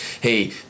hey